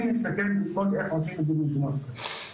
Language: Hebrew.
להסתכל איך עושים את זה במקומות אחרים.